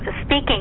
speaking